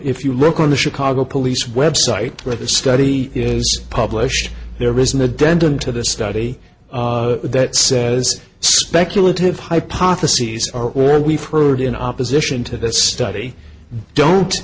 if you look on the chicago police website where the study is published there isn't a dent into the study that says speculative hypotheses are all we've heard in opposition to this study don't